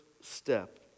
step